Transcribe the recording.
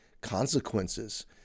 consequences